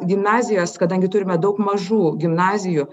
gimnazijos kadangi turime daug mažų gimnazijų